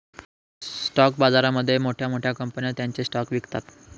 stock बाजारामध्ये मोठ्या मोठ्या कंपन्या त्यांचे स्टॉक्स विकतात